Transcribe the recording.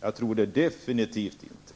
Det tror jag definitivt inte.